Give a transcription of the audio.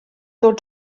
ddod